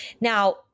Now